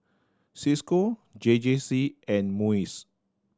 Cisco J J C and MUIS